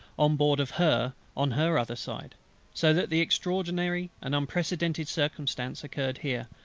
on board of her on her other side so that the extraordinary and unprecedented circumstance occurred here,